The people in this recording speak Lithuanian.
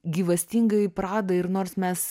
gyvastingąjį pradą ir nors mes